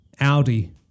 Audi